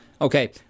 Okay